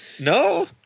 No